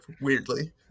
weirdly